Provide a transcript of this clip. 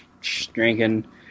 drinking